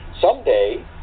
someday